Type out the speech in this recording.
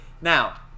now